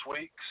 weeks